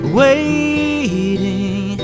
waiting